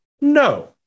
no